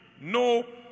no